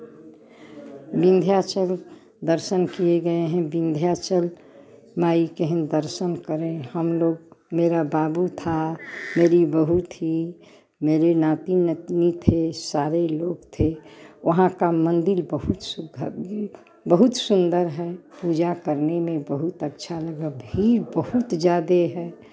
विंध्याचल दर्शन किए गए हैं विंध्याचल माई के हम दर्शन करें हम लोग मेरा बाबू था मेरी बहू थी मेरे नाती नतिनी थे सारे लोग थे वहाँ का मंदिर बहुत सुखद बहुत सुंदर है पूजा करने में बहुत अच्छा लगा भीड़ बहुत ज़्यादे है